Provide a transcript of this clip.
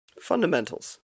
Fundamentals